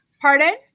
Pardon